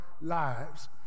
lives